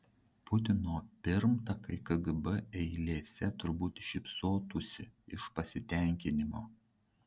putino pirmtakai kgb eilėse turbūt šypsotųsi iš pasitenkinimo